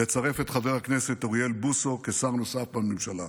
לצרף את חבר הכנסת אוריאל בוסו כשר נוסף בממשלה.